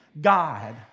God